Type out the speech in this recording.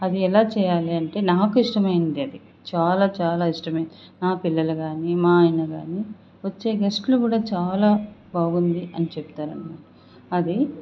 అది ఎలా చేయాలంటే నాకు ఇష్టమైనదది చాలా ఇష్టమైంది మా పిల్లలు కానీ మా అయన కానీ వచ్చే గెస్టులు కూడా చాలా బాగుంది అని చెప్తారనమాట అది